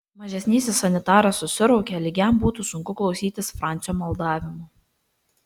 mažesnysis sanitaras susiraukė lyg jam būtų sunku klausytis francio maldavimų